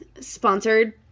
sponsored